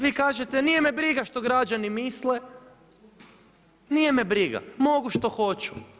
Vi kažete nije me briga što građani misle, nije me briga, mogu što hoću.